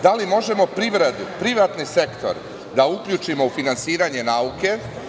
Da li možemo privredu, privatni sektor da uključimo u finansiranje nauke?